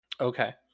Okay